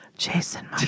Jason